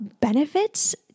benefits